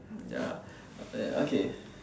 ya ya okay